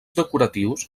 decoratius